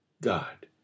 God